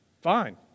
Fine